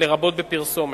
לרבות בפרסומת.